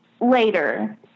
later